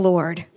Lord